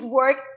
work